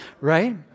Right